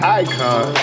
icon